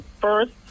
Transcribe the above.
first